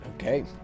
Okay